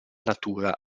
natura